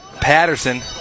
Patterson